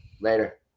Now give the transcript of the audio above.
Later